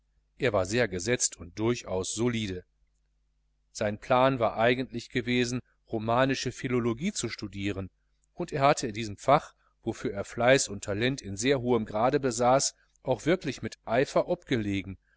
er war sehr gesetzt und durchaus solide sein plan war eigentlich gewesen romanische philologie zu studieren und er hatte diesem fach wofür er fleiß und talent in sehr hohem grade besaß auch wirklich mit eifer obgelegen